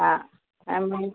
ആ